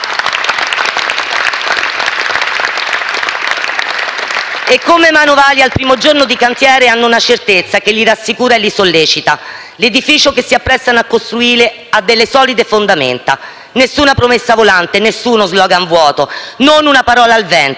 E come i manovali al primo giorno di cantiere hanno una certezza che li rassicura e li sollecita: l'edificio che si apprestano a costruire ha delle solide fondamenta. Nessuna promessa volante, nessuno *slogan* vuoto, non una parola al vento.